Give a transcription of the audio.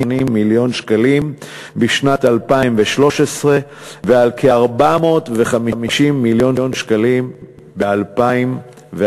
מיליון שקלים בשנת 2013 ועל כ-450 מיליון שקלים ב-2014,